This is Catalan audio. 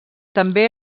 també